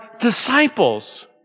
disciples